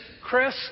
Chris